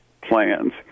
plans